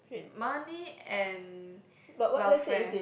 money and welfare